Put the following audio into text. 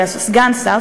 סגן שר,